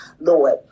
Lord